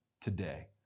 today